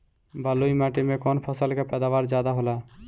बालुई माटी में कौन फसल के पैदावार ज्यादा होला?